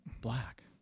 black